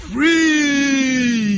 Free